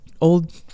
old